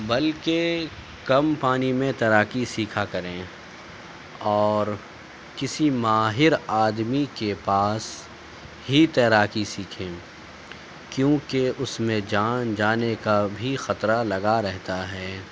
بلکہ کم پانی میں تیراکی سیکھا کریں اور کسی ماہر آدمی کے پاس ہی تیراکی سیکھیں کیونکہ اس میں جان جانے کا بھی خطرہ لگا رہتا ہے